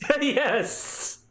yes